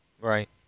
Right